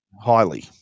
highly